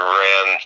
ran